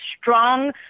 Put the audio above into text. strong